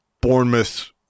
Bournemouth